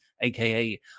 aka